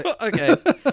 okay